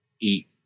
eat